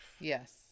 Yes